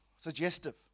suggestive